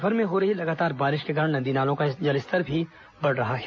प्रदेशभर में हो रही लगातार बारिश के कारण नदी नालों का जलस्तर बढ़ रहा है